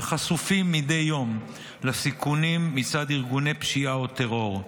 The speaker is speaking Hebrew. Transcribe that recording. שחשופים מדי יום לסיכונים מצד ארגוני הפשיעה והטרור.